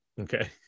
okay